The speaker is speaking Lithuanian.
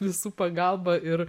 visų pagalba ir